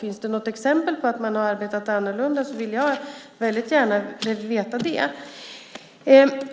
Finns det något exempel på att man har arbetat annorlunda vill jag väldigt gärna veta det.